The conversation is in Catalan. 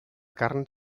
carn